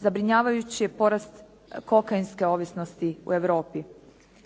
Zabrinjavajući je porast kokainske ovisnosti u Europi.